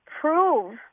prove